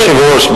אדוני היושב-ראש,